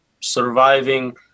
surviving